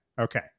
Okay